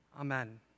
Amen